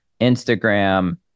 Instagram